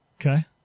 Okay